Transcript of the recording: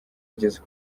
ageze